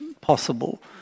possible